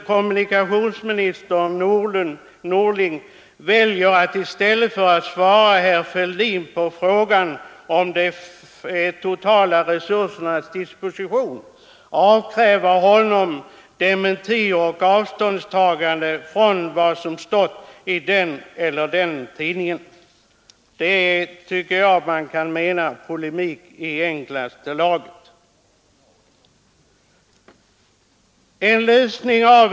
Kommunikationsministern Norling valde att, i stället för att svara herr Fälldin på frågan om de totala resursernas disposition, avkräva honom dementier och avståndstaganden från vad som stått i den eller den tidningen. Det tycker jag man kan kalla polemik av enklaste slag.